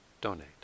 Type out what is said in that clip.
donate